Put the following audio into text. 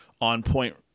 on-point –